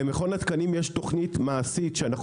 למכון התקנים יש תוכנית מעשית שאנחנו